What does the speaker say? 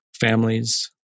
families